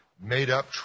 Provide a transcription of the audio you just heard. made-up